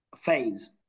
phase